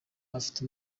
afite